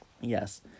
yes